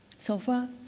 so far,